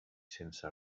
sense